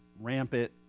rampant